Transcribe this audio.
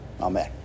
Amen